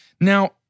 Now